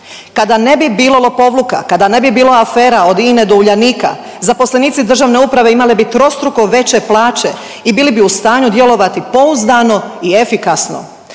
Kada ne bi bilo lopovluka, kada ne bi bilo afera od INA-e do Uljanika zaposlenici državne uprave imali bi trostruko veće plaće i bili bi u stanju djelovati pouzdano i efikasno,